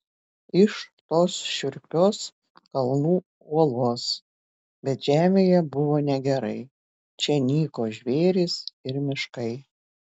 iš tos šiurpios kalnų uolos bet žemėje buvo negerai čia nyko žvėrys ir miškai